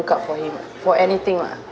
up for him lah for anything lah